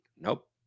Nope